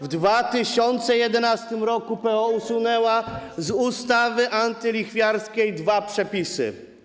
W 2011 r. PO usunęła z ustawy antylichwiarskiej dwa przepisy.